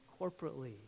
corporately